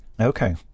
Okay